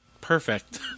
perfect